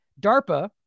DARPA